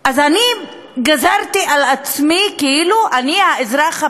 אז אני כאילו גזרתי על עצמי, אני, האזרח הפשוט,